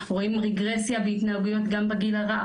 רואים רגרסיה בהתנהגויות גם בגיל הרך,